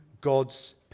God's